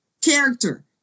character